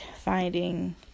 finding